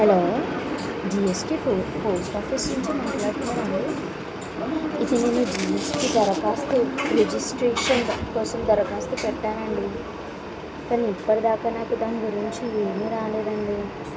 hello GST పో post office నుంచి మాట్లాడుతున్నారాండి ఇది నేను జిఎస్టీ దరఖాస్తు రిజిస్ట్రేషన్ కోసం దరఖాస్తు పెట్టాను అండి కానీ ఇప్పటిదాకా నాకు దాని గురించి ఏమి రాలేదండి